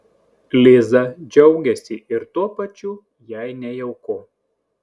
liza džiaugiasi ir tuo pačiu jai nejauku